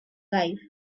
life